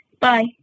bye